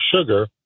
sugar